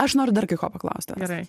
aš noriu dar kai ko paklausti gerai